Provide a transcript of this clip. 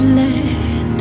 let